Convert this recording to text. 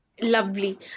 Lovely